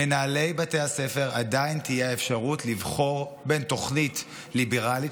למנהלי בתי הספר עדיין תהיה האפשרות לבחור בין תוכנית ליברלית,